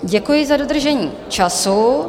Děkuji za dodržení času.